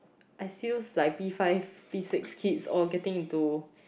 I see those like P five P six kids all getting into